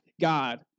God